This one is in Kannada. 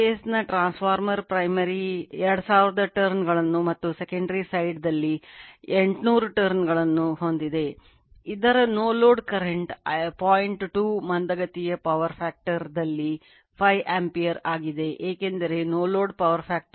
single phase ವು ನಗಣ್ಯ